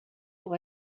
pour